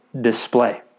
display